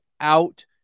out